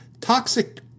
Toxic